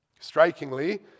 Strikingly